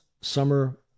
summer